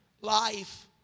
life